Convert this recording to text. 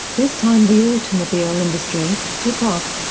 this time the automobile industry, took off,